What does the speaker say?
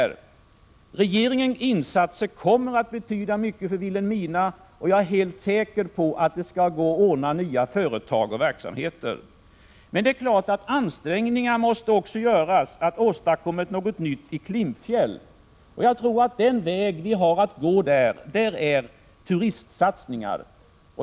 Regeringens insatser kommer att betyda mycket för Vilhelmina, och jag är helt säker på att det skall gå att ordna nya företag och verksamheter där. Det är emellertid klart att ansträngningar måste göras för att åstadkomma något nytt i Klimpfjäll. Jag tror att den väg vi har att gå där innebär turistsatsningar.